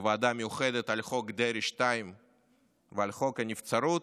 בוועדה המיוחדת, על חוק דרעי 2 ועל חוק הנבצרות,